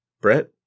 Brett